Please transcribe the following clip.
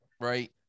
right